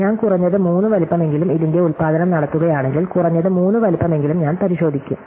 ഞാൻ കുറഞ്ഞത് 3 വലുപ്പമെങ്കിലും ഇതിന്റെ ഉൽപ്പാദനം നടത്തുകയാണെങ്കിൽ കുറഞ്ഞത് 3 വലുപ്പമെങ്കിലും ഞാൻ പരിശോധിക്കും